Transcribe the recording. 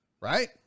Right